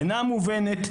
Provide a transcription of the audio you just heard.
אינה מובנת,